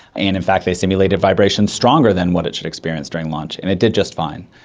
and in fact they've simulated vibrations stronger than what it should experience during launch and it did just fine.